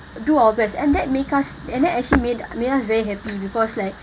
do our best and that make us and that actually make make us very happy because like